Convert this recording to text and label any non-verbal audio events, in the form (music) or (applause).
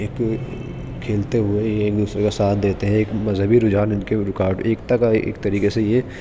ایک کھیلتے ہوئے ایک دوسرے کا ساتھ دیتے ہیں ایک مذہبی رجحان (unintelligible) ایکتا کا ایک طریقے سے یہ